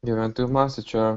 gyventojų masę čia